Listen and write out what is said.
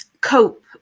cope